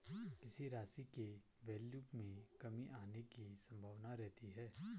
किसी राशि के वैल्यू में कमी आने की संभावना रहती है